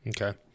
Okay